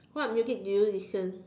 what music do you listen